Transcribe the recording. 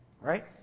Right